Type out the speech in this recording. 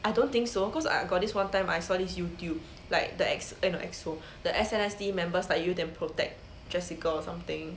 I don't think so cause I got this one time I saw this Youtube like the X eh not E_X_O the S_N_S_D members like 有点 protect jessica or something